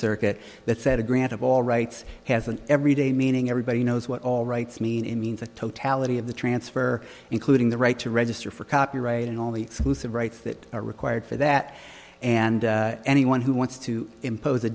circuit that said a grant of all rights has an everyday meaning everybody knows what all rights mean in means the totality of the transfer including the right to register for copyright and all the exclusive rights that are required for that and anyone who wants to impose a